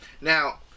Now